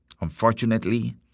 Unfortunately